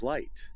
Light